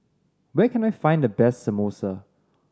where can I find the best Samosa